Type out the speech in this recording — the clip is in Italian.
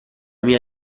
mia